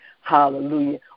Hallelujah